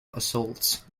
assaults